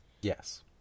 Yes